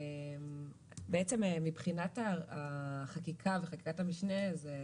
בעצם מבחינת החקיקה וחקיקת המשנה זו